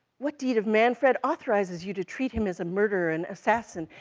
what deed of manfred authorizes you to treat him as a murderer and assassin,